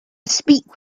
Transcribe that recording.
speak